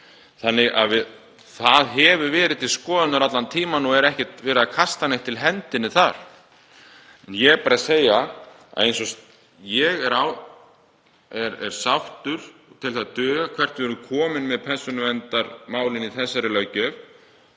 þannig að það hefur verið til skoðunar allan tímann og er ekki verið að kasta til hendinni þar. Ég er bara að segja að ég er sáttur og tel að það dugi hvert við erum komin með persónuverndarmálin í þessari löggjöf